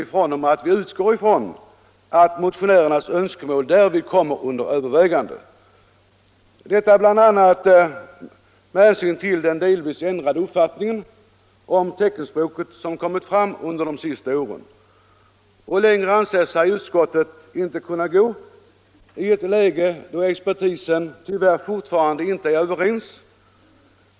Vi säger att vi utgår ifrån att motionärernas önskemål därvid tas under övervägande. Detta bl.a. med hänsyn till den delvis ändrade uppfattning om teckenspråket som kommit fram ” under de senaste åren. Längre anser sig utskottet inte kunna gå i ett läge då expertisen tyvärr fortfarande inte är överens.